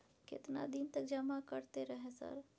केतना दिन तक जमा करते रहे सर?